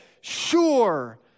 sure